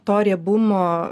to riebumo